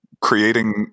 creating